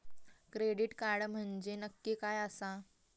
Credit card म्हंजे नक्की काय आसा?